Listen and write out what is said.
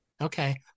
Okay